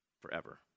forever